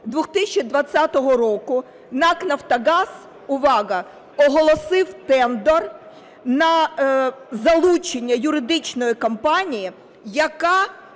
2020 року НАК "Нафтогаз" - увага, - оголосив тендер на залучення юридичної компанії, яка